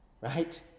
right